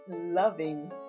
loving